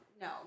No